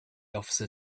officer